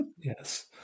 Yes